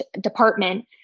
department